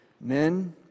Men